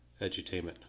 edutainment